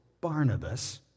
Barnabas